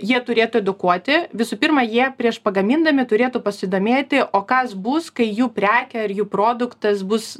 jie turėtų edukuoti visų pirma jie prieš pagamindami turėtų pasidomėti o kas bus kai jų prekė ar jų produktas bus